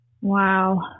Wow